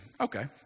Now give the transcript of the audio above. Okay